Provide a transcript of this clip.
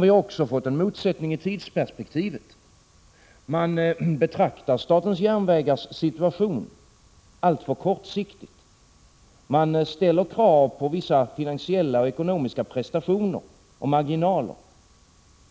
Vi har också fått en motsättning i tidsperspektivet. Man betraktar statens järnvägars situation alltför kortsiktigt. Man ställer krav på vissa finansiella och ekonomiska prestationer och marginaler